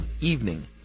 evening